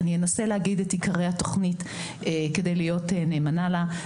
אני אנסה להגיד את עיקרי התוכנית כדי להיות נאמנה לה.